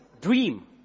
dream